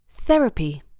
Therapy